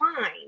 fine